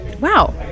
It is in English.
Wow